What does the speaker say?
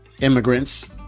immigrants